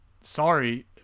Sorry